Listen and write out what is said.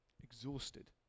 exhausted